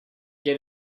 get